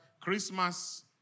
Christmas